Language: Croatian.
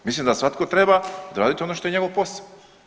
Mislim da svatko treba odraditi ono što je njegov posao.